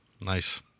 Nice